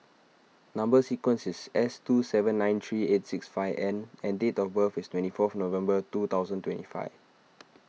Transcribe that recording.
Number Sequence is S two seven nine three eight six five N and date of birth is twenty fourth November two thousand twenty five